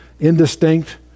indistinct